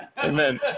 Amen